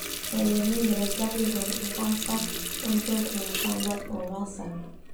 Hele menjelajahi luar angkasa untuk tambah wawasan ah.